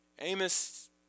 Amos